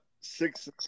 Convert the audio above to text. six